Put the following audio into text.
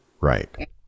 right